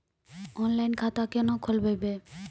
Online खाता केना खोलभैबै?